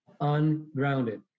ungrounded